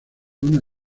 una